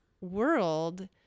world